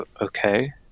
Okay